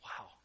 Wow